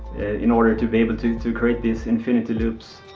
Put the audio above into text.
in order to be able to to create these infinity loops.